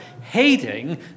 hating